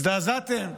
הזדעזעתם.